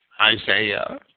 Isaiah